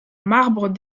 marbre